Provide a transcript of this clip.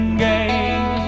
game